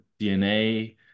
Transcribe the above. DNA